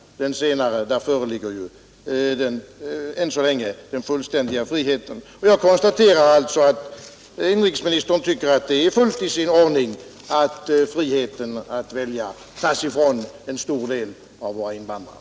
I det senare fallet föreligger ju än så länge frihet. Jag konstaterar att inrikesministern tycker att det är fullt i sin ordning att friheten att välja nu tas ifrån en stor del av våra invandrare.